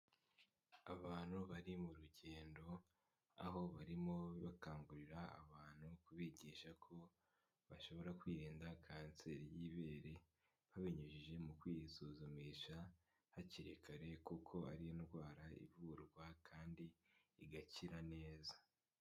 Abantu bari mu rugendo, aho barimo bakangurira abantu kubigisha ko bashobora kwirinda kanseri y'ibere, babinyujije mu kwisuzumisha hakiri kare kuko ari indwara ivurwa kandi igakira neza.